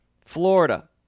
Florida